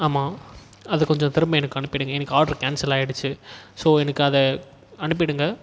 ஆமாம் அதை கொஞ்சம் திரும்ப எனக்கு அனுப்பிடுங்க எனக்கு ஆட்ரு கேன்சல் ஆகிடுச்சு ஸோ எனக்கு அதை அனுப்பிடுங்க